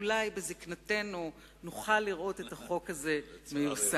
אולי בזיקנתנו נוכל לראות את החוק הזה מיושם.